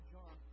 John